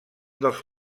dels